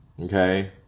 Okay